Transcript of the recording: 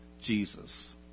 Jesus